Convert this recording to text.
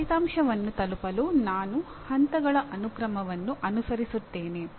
ಫಲಿತಾಂಶವನ್ನು ತಲುಪಲು ನಾನು ಹಂತಗಳ ಅನುಕ್ರಮವನ್ನು ಅನುಸರಿಸುತ್ತೇನೆ